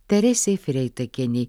teresei freitakienei